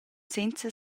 senza